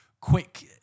quick